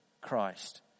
Christ